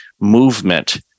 movement